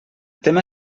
tema